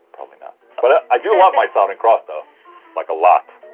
probably not so but ah i do love my southern cross though like, a lot.